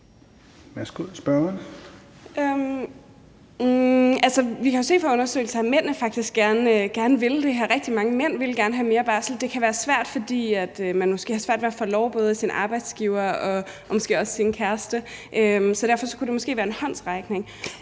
vi kan jo se fra undersøgelser, at mænd faktisk gerne vil det er her. Rigtig mange mænd vil gerne have mere barsel. Det kan være svært, fordi man måske har svært ved at få lov både af sin arbejdsgiver og måske også af sin kæreste, så derfor skulle det måske være en håndsrækning.